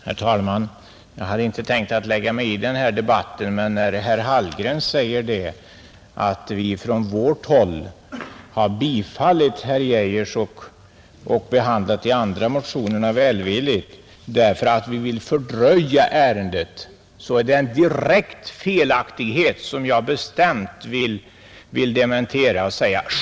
Herr talman! Jag hade inte tänkt delta i debatten, men när herr Hallgren säger att vi från vårt håll har tillstyrkt herr Geijers motion och behandlat de andra motionerna välvilligt därför att vi vill fördröja ärendet, så är det en direkt felaktighet som jag bestämt vill dementera.